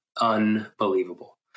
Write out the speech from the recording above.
Unbelievable